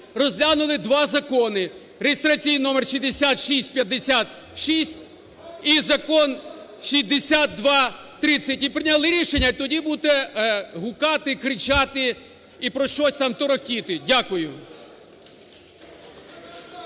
розглянули два закони: реєстраційний номер 6656 і Закон 6230 і прийняли рішення. І тоді будете гукати, кричати і про щось там торохтіти. Дякую.